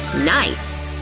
nice!